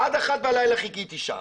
עד 1 בלילה חיכיתי שם,